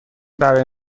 برای